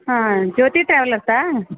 ಹಾಂ ಜ್ಯೋತಿ ಟ್ರಾವೆಲರ್ಸಾ